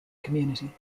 community